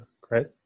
Great